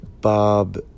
Bob